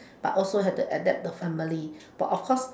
but also have to adapt the family but of course